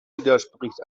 widerspricht